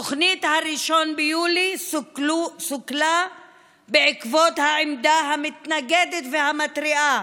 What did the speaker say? תוכנית 1 ביולי סוכלה בעקבות העמדה המתנגדת והמתריעה